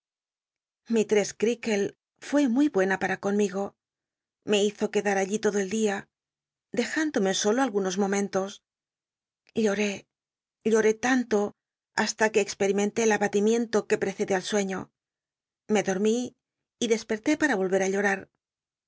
mistress crcaklc fué muy buena para conmigo mehizo cruedat allí todo el dia dejándome solo al unos momentos lloré lloré tanto ha la que x pcrimcnté el abatimiento que j i'ccctlr al suut't lara ohct ü llorar